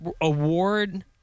award